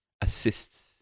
assists